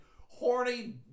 horny